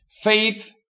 Faith